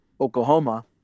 Oklahoma